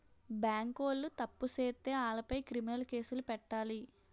బేంకోలు తప్పు సేత్తే ఆలపై క్రిమినలు కేసులు పెట్టాలి